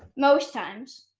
most times.